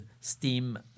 steam